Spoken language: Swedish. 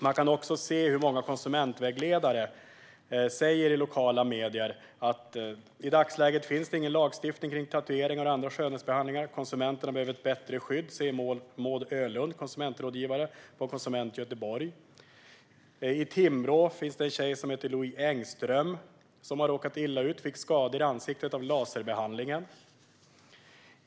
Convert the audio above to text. Man kan se i lokala medier hur många konsumentvägledare säger att det i dagsläget inte finns någon lagstiftning om tatueringar och andra skönhetsbehandlingar: "Konsumenterna behöver ett bättre skydd, säger Maud Öhlund, konsumentrådgivare på Konsument Göteborg." I Timrå finns en tjej som heter Lou Engström och som har råkat illa ut. Hon fick skador i ansiktet av laserbehandlingen.